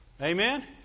Amen